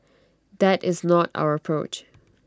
that is not our approach